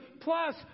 plus